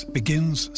begins